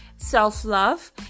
Self-love